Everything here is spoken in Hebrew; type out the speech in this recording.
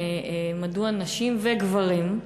מדוע נשים וגברים,